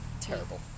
terrible